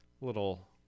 little